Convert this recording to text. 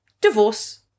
Divorce